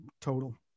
Total